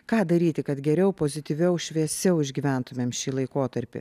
ką daryti kad geriau pozityviau šviesiau išgyventumėm šį laikotarpį